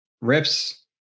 rips